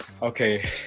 Okay